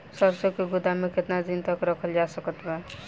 सरसों के गोदाम में केतना दिन तक रखल जा सकत बा?